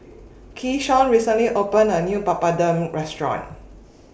Keyshawn recently opened A New Papadum Restaurant